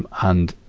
um and,